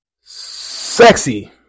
sexy